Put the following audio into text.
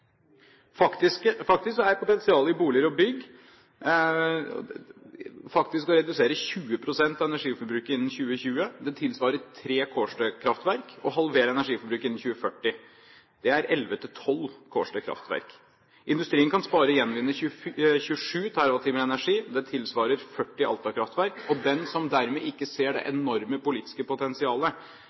faktisk å redusere 20 pst. av energiforbruket innen 2020. Det tilsvarer tre Kårstø-kraftverk og halverer energiforbruket innen 2040. Det er elleve–tolv Kårstø kraftverk. Industrien kan spare og gjenvinne 27 TWh energi. Det tilsvarer 40 Alta kraftverk. Den som dermed ikke ser det enorme politiske potensialet